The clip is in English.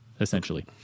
essentially